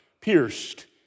pierced